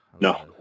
No